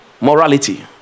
morality